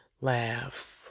Laughs